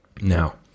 Now